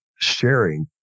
sharing